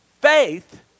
Faith